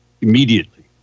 immediately